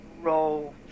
roll